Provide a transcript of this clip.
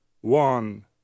one